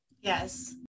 Yes